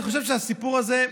אני חושב שהסיפור הזה,